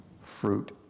fruit